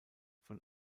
von